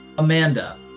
Amanda